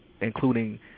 including